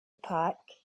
pack